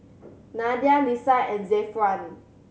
Nadia Lisa and Zafran